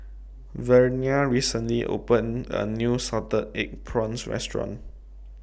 Vernia recently opened A New Salted Egg Prawns Restaurant